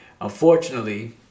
Unfortunately